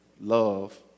love